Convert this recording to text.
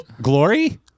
Glory